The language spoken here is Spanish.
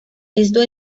esto